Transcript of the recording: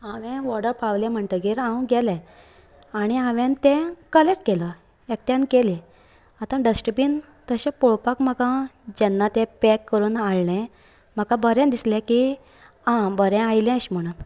हांवे ऑर्डर पावता म्हणटगीर हांव गेले आनी हांवेन तें कलॅक्ट केलां एकट्यान केलें आतां डस्टबीन तशें पळोवपाक म्हाका जेन्ना ते पॅक करून हाडले म्हाका बरें दिसले की आं बरें आयले अशें म्हणून